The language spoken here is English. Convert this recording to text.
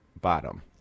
Bottom